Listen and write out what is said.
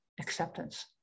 acceptance